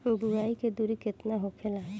बुआई के दूरी केतना होखेला?